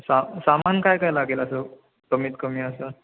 सा सामान काय काय लागेल असं कमीत कमी असं